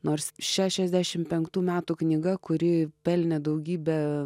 nors šešiasdešim penktų metų knyga kuri pelnė daugybę